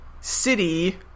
city